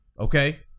Okay